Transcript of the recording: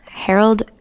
Harold